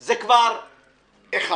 זה כבר אחד.